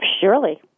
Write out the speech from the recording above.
Surely